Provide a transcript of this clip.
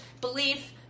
belief